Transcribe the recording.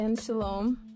Shalom